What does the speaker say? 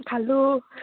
খালোঁ